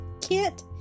Kit